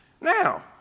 Now